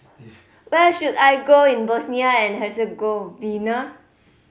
where should I go in Bosnia and Herzegovina